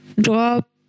drop